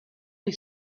est